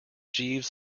jeeves